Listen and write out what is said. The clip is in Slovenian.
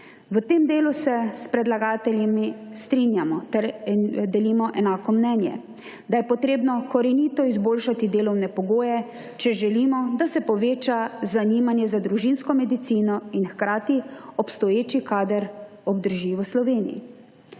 V tem delu se s predlagatelji strinjamo in delimo enako mnenje, da je treba korenito izboljšati delovne pogoje, če želimo, da se poveča zanimanje za družinsko medicino in hkrati obstoječi kader obdrži v Sloveniji.